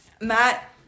Matt